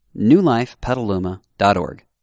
newlifepetaluma.org